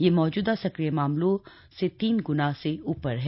यह मौजूदा सक्रिय मामलों से तीन ग्ना से ऊपर है